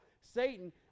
Satan